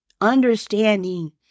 understanding